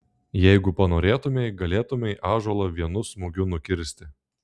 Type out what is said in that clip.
jeigu panorėtumei galėtumei ąžuolą vienu smūgiu nukirsti